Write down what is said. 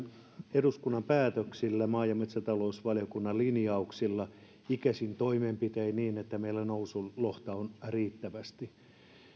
eduskunnan päätöksillä maa ja metsätalousvaliokunnan linjauksilla icesin toimenpitein niin että meillä nousulohta on riittävästi